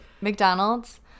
mcdonald's